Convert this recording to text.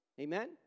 amen